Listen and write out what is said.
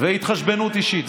והתחשבנות אישית.